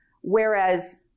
Whereas